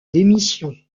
démission